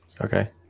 okay